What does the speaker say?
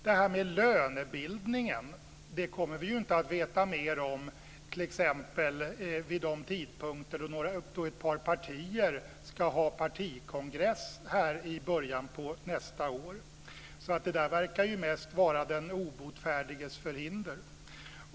Det här med lönebildningen kommer vi ju inte att veta mer om t.ex. vid de tidpunkter då ett par partier ska ha partikongress här i början av nästa år, så det verkar mest vara den obotfärdiges förhinder.